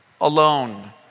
alone